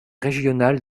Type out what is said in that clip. régional